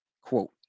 quote